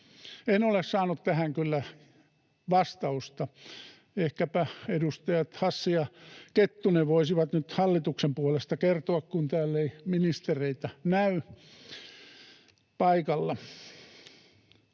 En ole saanut tähän kyllä vastausta. Ehkäpä edustajat Hassi ja Kettunen voisivat nyt hallituksen puolesta kertoa, kun täällä ei ministereitä näy paikalla.